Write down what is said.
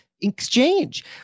exchange